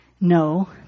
No